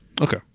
Okay